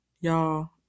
Y'all